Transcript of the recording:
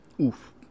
Oof